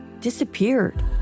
disappeared